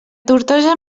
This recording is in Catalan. tortosa